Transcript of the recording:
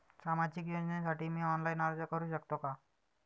सामाजिक योजनेसाठी मी ऑनलाइन अर्ज करू शकतो का?